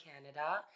Canada